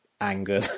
anger